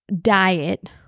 Diet